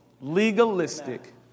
legalistic